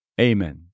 Amen